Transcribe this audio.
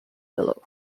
below